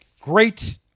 great